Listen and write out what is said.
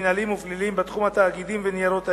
מינהליים ופליליים בתחום התאגידים וניירות הערך.